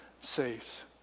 saves